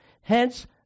Hence